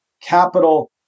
capital